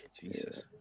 Jesus